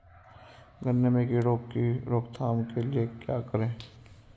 गन्ने में कीड़ों की रोक थाम के लिये क्या करें?